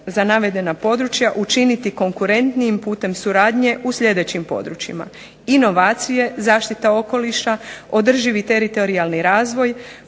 za navedena područja učiniti konkurentnijim putem suradnje u sljedećim područjima: inovacije, zaštita okoliša, održivi teritorijalni razvoj,